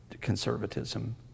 conservatism